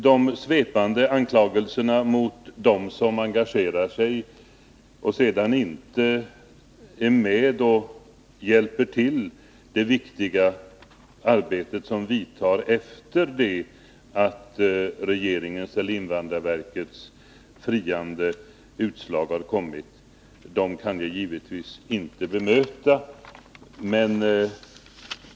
De svepande anklagelserna mot dem som engagerar sig och sedan inte hjälper till i det viktiga arbete som vidtar efter det att regeringens eller invandrarverkets friande utslag kommit kan jag givetvis inte bemöta.